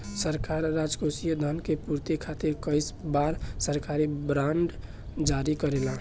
सरकार राजकोषीय धन के पूर्ति खातिर कई बार सरकारी बॉन्ड जारी करेला